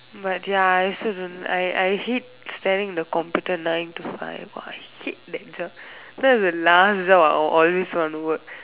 but ya I also don't I I hate staring at the computer nine to five !wah! I hate that job that will be the last job that I will always want to work